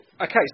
Okay